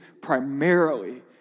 primarily